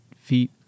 feet